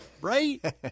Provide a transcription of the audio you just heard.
Right